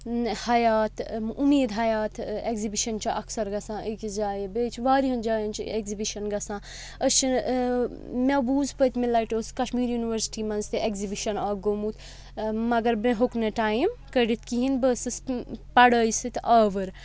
حیات اُمید حیات ایٚگزبِشَن چھِ اَکثَر گَژھان أکِس جایہِ بیٚیہِ چھِ واریاہَن جایَن چھِ ایٚگزِبِشَن گژھان أسۍ چھِ نہٕ مےٚ بوٗز پٔتمہِ لَٹہِ اوس کَشمیٖر یُنورسٹی منٛز تہِ ایٚگزِبِشَن اَکھ گوٚمُت مگر مےٚ ہیوٚک نہٕ ٹایِم کٔڑِتھ کِہیٖنۍ بہٕ ٲسٕس پَڑٲے سۭتۍ آوُر